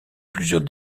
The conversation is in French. plusieurs